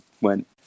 went